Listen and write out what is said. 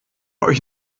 euch